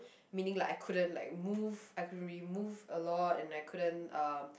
meaning like I couldn't like move I couldn't really move a lot and I couldn't uh